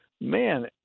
man